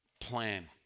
plan